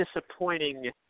disappointing